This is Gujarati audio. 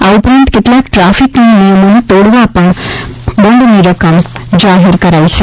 આ ઉપરાંત કેટલાક ટ્રાફિકના નિયમોને તોડવા પર પણ દંડની રકમ જાહેર કરાઈ છે